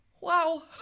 Wow